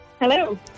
Hello